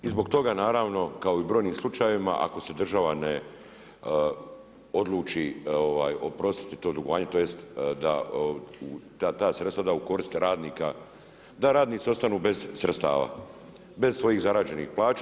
I zbog toga naravno kao i u brojnim slučajevima ako se država ne odluči oprostiti to dugovanje, tj. da ta sredstva da u korist radnika, da radnici ostanu bez sredstava, bez svojih zarađenih plaća.